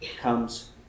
comes